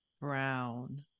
brown